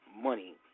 money